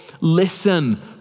listen